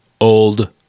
Old